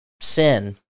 sin